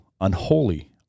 unholy